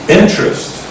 interest